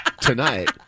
tonight